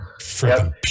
Freaking